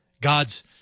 God's